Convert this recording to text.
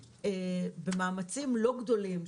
במאמצים יחסית לא גדולים,